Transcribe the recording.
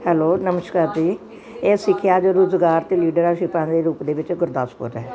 hello ਨਮਸਕਾਰ ਜੀ ਇਹ ਸਿੱਖਿਆ ਦੇ ਰੋਜ਼ਗਾਰ ਤੇ ਲੀਡਰਾਸ਼ਿਪਾਂ ਦੇ ਰੂਪ ਦੇ ਵਿੱਚ ਗੁਰਦਾਸਪੁਰ ਹੈ